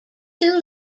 too